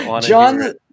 john